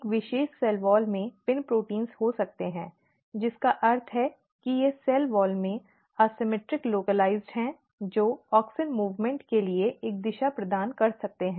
एक विशेष cell wall में पिन प्रोटीन हो सकते हैं जिसका अर्थ है कि वे सेल वॉल में असममित स्थानीयकरण हैं जो ऑक्सिन मूवमेंट के लिए एक दिशा प्रदान कर सकते हैं